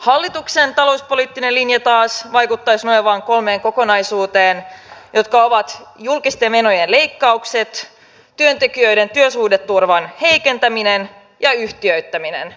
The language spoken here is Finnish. hallituksen talouspoliittinen linja taas vaikuttaisi nojaavan kolmeen kokonaisuuteen jotka ovat julkisten menojen leikkaukset työntekijöiden työsuhdeturvan heikentäminen ja yhtiöittäminen